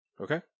Okay